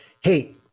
hey